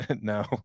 No